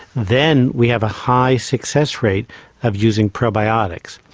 then we have a high success rate of using probiotics.